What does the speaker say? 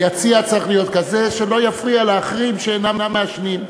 היציע צריך להיות כזה שלא יפריע לאחרים שאינם מעשנים.